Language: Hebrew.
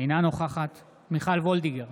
אינה נוכחת מיכל וולדיגר,